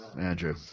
Andrew